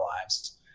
lives